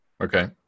Okay